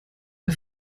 der